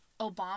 Obama